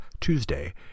Tuesday